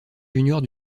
juniors